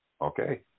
okay